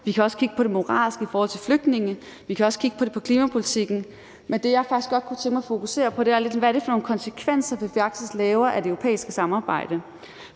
Vi kan også kigge på det moralske i forhold til flygtninge, og vi kan også kigge på klimapolitikken. Men det, jeg faktisk godt kunne tænke mig at fokusere på, er lidt, hvad det er for nogle konsekvenser, der er af det europæiske samarbejde.